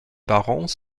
parents